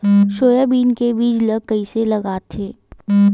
Soybean के बीज ल कइसे लगाथे?